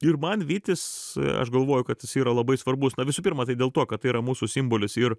ir man vytis aš galvoju kad jis yra labai svarbus na visų pirma tai dėl to kad yra mūsų simbolis ir